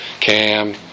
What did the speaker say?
Cam